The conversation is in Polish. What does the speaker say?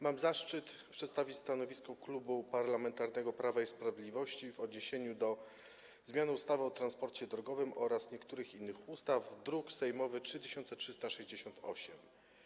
Mam zaszczyt przedstawić stanowisko Klubu Parlamentarnego Prawo i Sprawiedliwość w sprawie projektu ustawy o zmianie ustawy o transporcie drogowym oraz niektórych innych ustaw, druk sejmowy nr 3368.